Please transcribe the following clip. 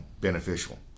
beneficial